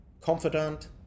confidant